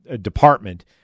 department